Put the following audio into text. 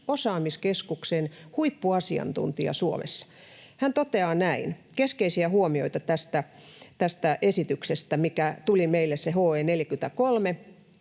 osaamiskeskuksen huippuasiantuntija Suomessa. Hän toteaa keskeisiä huomioita tästä esityksestä, mikä tuli meille, se HE 43,